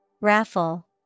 Raffle